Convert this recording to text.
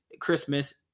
Christmas